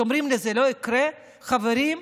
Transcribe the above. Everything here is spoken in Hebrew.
כשאומרים לי, זה לא יקרה, חברים,